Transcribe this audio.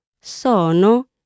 sono